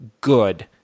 good